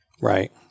Right